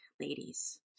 ladies